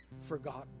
forgotten